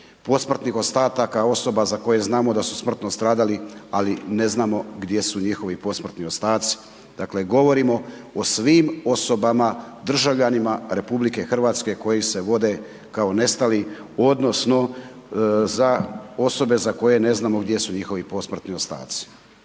posmrtnih ostataka osoba za koje znamo da su smrtno stradali ali ne znamo gdje su njihovi posmrtni ostaci. Dakle govorimo o svim osobama, državljanima RH koji se vode kao nestali odnosno za osobe za koje ne znamo gdje su njihovi posmrtni ostaci.